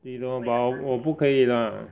对 loh but 我不可以 lah